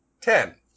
Ten